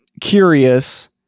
curious